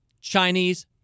Chinese